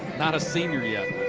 not a senior yet.